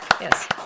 Yes